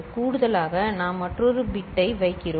கூடுதலாக நாம் மற்றொரு பிட்டை வைக்கிறோம்